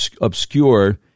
obscure